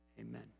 amen